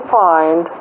find